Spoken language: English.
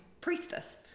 Priestess